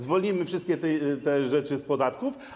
Zwolnimy wszystkie te rzeczy z podatków?